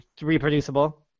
reproducible